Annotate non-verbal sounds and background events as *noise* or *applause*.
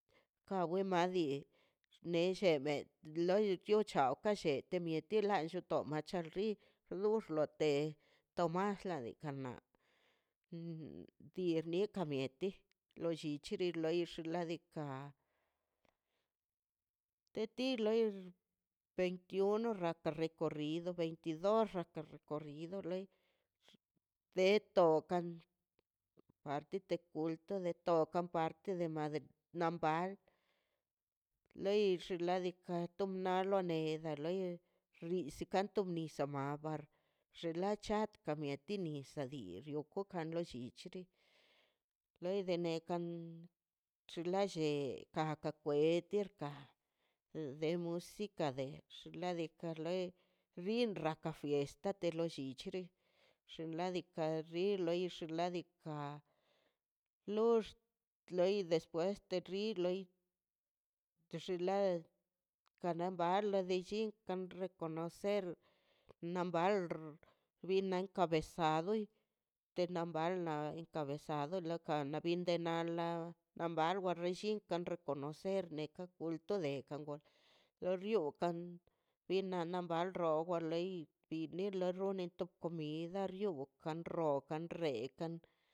Ka wen madi xne llebe loi tio chawka lle kamieti lanllo tomach tal rri torlote tomarla kilarxla tirnikan mieti lollichi lor xnaꞌ diikaꞌ de ti loi veintiuno rata reccorrido veintidos rra recorrido lei de to kan a ti te kulto de toka parte de nam bal loi rinladika nam na lei da loi rrizi kanto ni nisi bambar rela chcha kamieti nisaꞌ dii kokan lolli lei de nekan chulalle kaka cuete de *noise* de xinladika loi rrin raka fiesta te lo llichix xinladika rrin loi xinladika lox loi despues terri te loi tixi la kanamba lolle chin kan ne reconocer nam bal bin naka cabezar loi tenambal cabezado naka kana bin de nal la labawa renlli conocer ne ka kulto de gul lo riol kan bin na nal rol o wa loi lin no na rrone to comida rio bokan rrokan rekan.